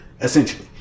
essentially